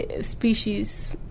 species